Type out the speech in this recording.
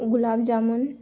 gulab jamun